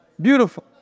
Beautiful